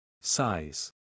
Size